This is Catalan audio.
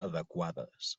adequades